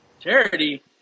Charity